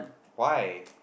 why